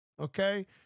okay